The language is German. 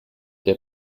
der